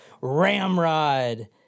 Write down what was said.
Ramrod